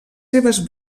seves